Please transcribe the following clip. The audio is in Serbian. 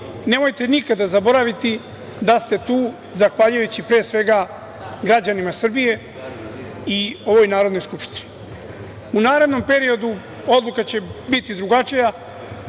nemojte nikada zaboraviti da ste tu zahvaljujući, pre svega, građanima Srbije i ovoj Narodnoj skupštini.U narednom periodu odluka će biti drugačija.